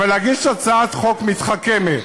אבל להגיש הצעת חוק מתחכמת,